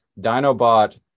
Dinobot